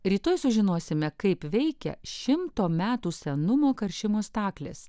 rytoj sužinosime kaip veikia šimto metų senumo karšimo staklės